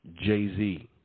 Jay-Z